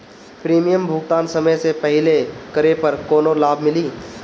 Premium भुगतान समय से पहिले करे पर कौनो लाभ मिली?